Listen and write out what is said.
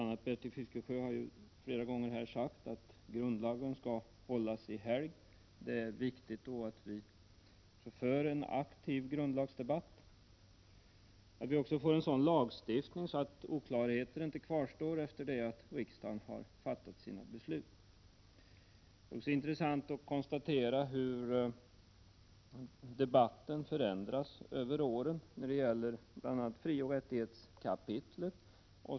a. har Bertil Fiskesjö flera gånger sagt att grundlagen skall hållas i helgd. Det är viktigt att vi för en aktiv grundlagsdebatt och att vi får en sådan lagstiftning att oklarheter inte kvarstår efter det att riksdagen fattat sina beslut. Det är också intressant att konstatera hur debatten förändras över åren när det gäller bl.a. frioch rättighetskapitlet.